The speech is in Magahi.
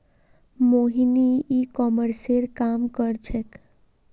मोहिनी ई कॉमर्सेर काम कर छेक्